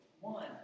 one